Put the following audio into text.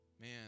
man